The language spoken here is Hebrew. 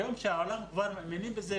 היום כשהעולם כבר מאמין בזה,